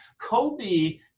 Kobe